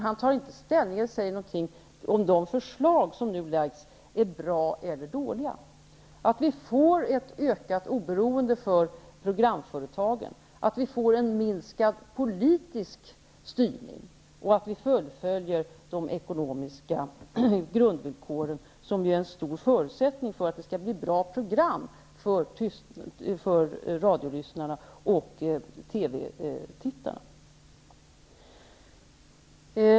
Han tar inte ställning och säger att han tycker att de förslag som nu lagts fram är bra eller dåliga -- att vi får ett ökat oberoende för programföretagen, att vi får en minskad politisk styrning och att vi fullföljer de ekonomiska grundvillkoren, som ju är en viktigt förutsättning för att det skall bli bra program för radiolyssnarna och TV-tittarna.